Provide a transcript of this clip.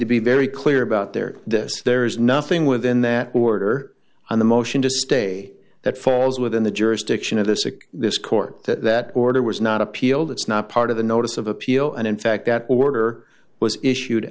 to be very clear about there this there is nothing within that order on the motion to stay that falls within the jurisdiction of the sic this court that that order was not appealed it's not part of the notice of appeal and in fact that order was issued